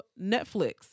Netflix